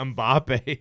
Mbappe